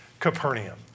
Capernaum